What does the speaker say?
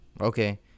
okay